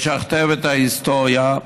לשכתב את ההיסטוריה,